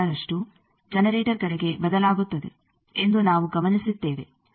37ರಷ್ಟು generator ಕಡೆಗೆ ಬದಲಾಗುತ್ತದೆ ಎಂದು ನಾವು ಗಮನಿಸಿದ್ದೇವೆ